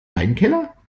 weinkeller